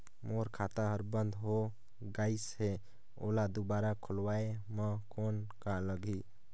मोर खाता हर बंद हो गाईस है ओला दुबारा खोलवाय म कौन का लगही?